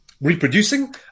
reproducing